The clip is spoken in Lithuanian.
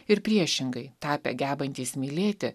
ir priešingai tapę gebantys mylėti